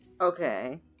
Okay